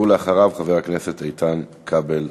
ואחריו, חבר הכנסת איתן כבל.